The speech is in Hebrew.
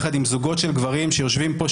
יחד עם זוגות של גברים שיושבים פה,